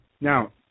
Now